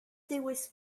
devezh